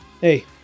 Hey